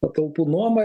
patalpų nuoma